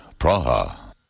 Praha